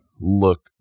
look